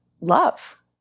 love